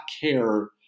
care